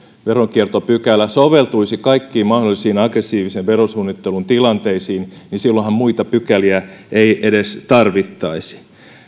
veronkiertopykälä soveltuisi kaikkiin mahdollisiin aggressiivisen verosuunnittelun tilanteisiin niin silloinhan muita pykäliä ei edes tarvittaisi